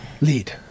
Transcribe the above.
Lead